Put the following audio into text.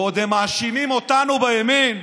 ועוד הם מאשימים אותנו בימין,